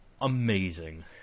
amazing